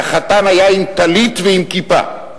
והחתן היה עם טלית ועם כיפה,